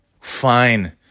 Fine